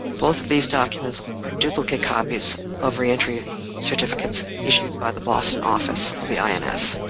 both of these documents are duplicate copies of re-entry certificates issued by the boston office of the ins.